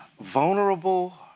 vulnerable